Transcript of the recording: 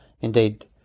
Indeed